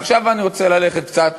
ועכשיו אני רוצה ללכת קצת